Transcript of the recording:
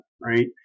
right